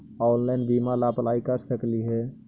Online बीमा ला apply कर सकली हे?